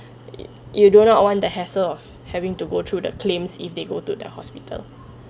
you do not want the hassle of having to go through the claims if they go to the hospital